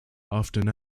often